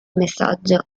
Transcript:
messaggio